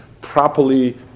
properly